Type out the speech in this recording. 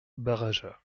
barraja